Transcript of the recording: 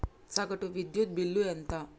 సగటు విద్యుత్ బిల్లు ఎంత?